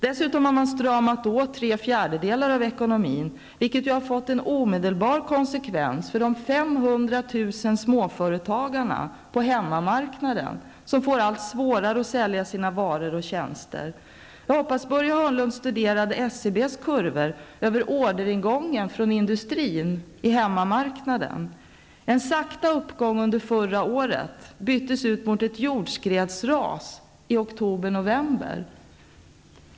Dessutom har man stramat åt tre fjärdedelar av ekonomin, vilket har fått en omedelbar konsekvens för de 500 000 småföretagarna på hemmamarknaden -- de får allt svårare att sälja sina varor och tjänster. Jag hoppas att Börje Hörnlund studerade SCB:s kurvor över orderingången från industrin på hemmamarknaden. En långsam uppgång under förra året byttes ut mot ett jordskredsras i oktober-- november.